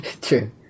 True